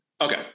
Okay